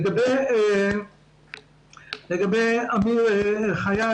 לדבריו של אמיר חייק,